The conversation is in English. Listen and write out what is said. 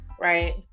Right